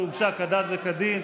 שהוגשה כדת וכדין,